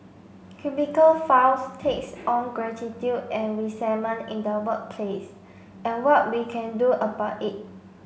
cubicle files takes on gratitude and resentment in the workplace and what we can do about it